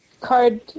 card